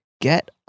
get